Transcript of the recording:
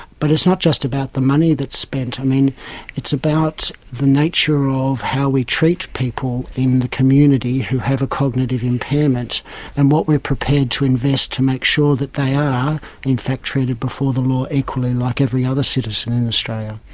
but it's not just about the money that's spent, um it's about the nature of how we treat people in the community who have a cognitive impairment and what we are prepared to invest to make sure that they are in fact treated before the law equally like every other citizen in australia.